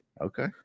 Okay